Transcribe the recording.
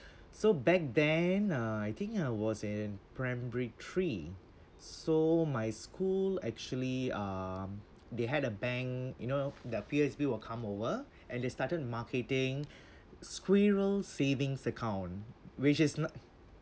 so back then uh I think I was in primary three so my school actually um they had a bank you know the P_O_S_B will come over and they started marketing squirrel savings account which is now